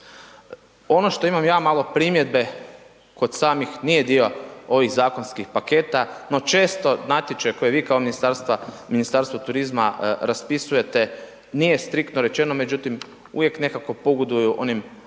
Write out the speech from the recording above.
Ono što imam ja malo primjedbe kod samih, nije dio ovih zakonskih paketa, no često natječaj koji vi kao Ministarstvo turizma raspisujete nije striktno rečeno, međutim, uvijek nekako pogoduju onim